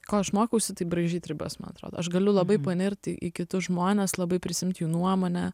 ko aš mokausi tai braižyt ribas man atrodo aš galiu labai panirt į į kitus žmones labai prisiimti jų nuomonę